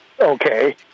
okay